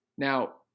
Now